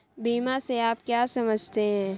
बीमा से आप क्या समझते हैं?